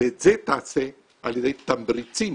את זה תעשה על ידי תמריצים